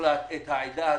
מוחלט את העדה הדרוזית,